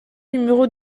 numéro